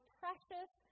precious